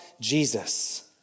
Jesus